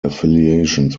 affiliations